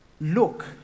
Look